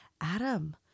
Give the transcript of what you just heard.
Adam